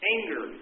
Anger